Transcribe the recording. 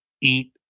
eat